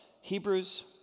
Hebrews